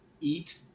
eat